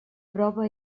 prova